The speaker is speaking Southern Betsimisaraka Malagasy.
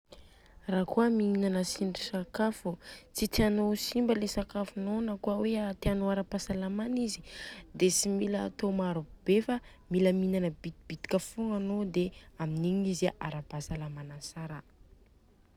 Ra kôa mihinana tsindrintsakafo